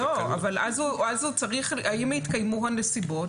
אם התקיימו הנסיבות,